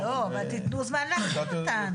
תנו זמן להכין אותן.